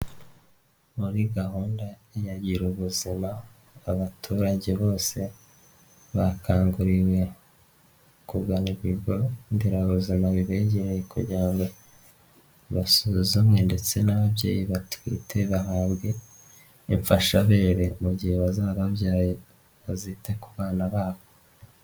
Muri gahunda ya Gira ubuzima abaturage bose bakanguriwe kugana ibigo nderabuzima bibegereye kugira ngo basuzumwe ndetse n'ababyeyi batwite bahabwe imfashabere mu gihe bazaba babyaye bazite ku bana babo.